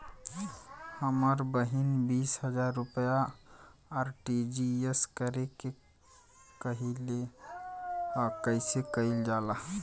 हमर बहिन बीस हजार रुपया आर.टी.जी.एस करे के कहली ह कईसे कईल जाला?